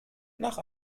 nach